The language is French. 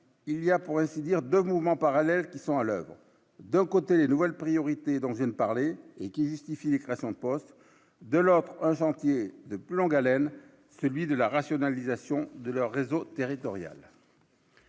il y a pour ainsi dire de mouvements parallèles qui sont à l'oeuvre d'un côté les nouvelles priorités, donc je ne parlez et qui justifie les créations de postes, de l'autre, un chantier de plus longue haleine, celui de la rationalisation de leurs réseaux.